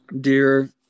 dear